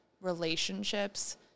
relationships